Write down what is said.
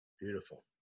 Beautiful